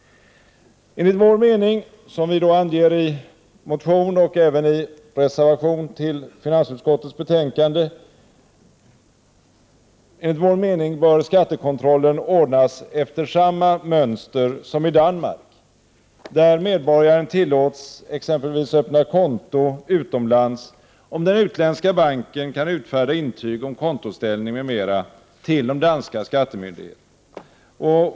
Enligt vår mening, som vi anger i motion och även i reservation till finansutskottets betänkande, bör skattekontrollen ordnas efter samma mönster som i Danmark, där medborgaren tillåts exempelvis öppna konto utomlands om den utländska banken kan utfärda intyg om kontoställning m.m. till de danska skattemyndigheterna.